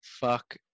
fuck